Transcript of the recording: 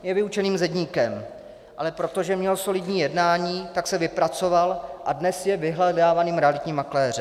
Je vyučeným zedníkem, ale protože měl solidní jednání, tak se vypracoval a dnes je vyhledávaným realitním makléřem.